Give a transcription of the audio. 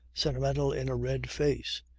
sentimental in a red face.